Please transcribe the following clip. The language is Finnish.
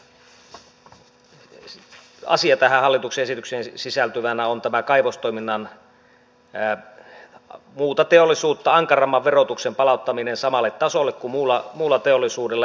toinen merkittävä asia tähän hallituksen esitykseen sisältyvänä on tämä kaivostoiminnan muuta teollisuutta ankaramman verotuksen palauttaminen samalle tasolle kuin muulla teollisuudella